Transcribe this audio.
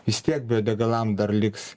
vis tiek biodegalam dar liks